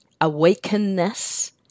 awakenness